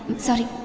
sorry.